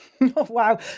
Wow